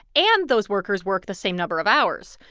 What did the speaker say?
and those workers work the same number of hours.